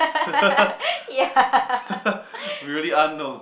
really unknown